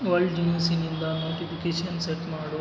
world ನ್ಯೂಸಿನಿಂದ notification set ಮಾಡು